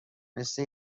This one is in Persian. مثل